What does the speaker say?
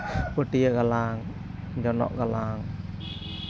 ᱯᱟᱹᱴᱭᱟᱹ ᱜᱟᱞᱟᱝ ᱡᱚᱱᱚᱜ ᱜᱟᱞᱟᱝ